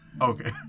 Okay